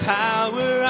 power